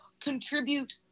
contribute